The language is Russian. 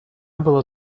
было